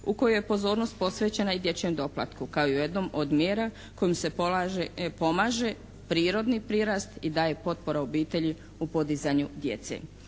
u kojoj je pozornost posvećena i dječjem doplatku kao jednom od mjera kojom se pomaže prirodni prirast i daje potpora obitelji u podizanju djece.